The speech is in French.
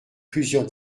plusieurs